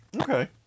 Okay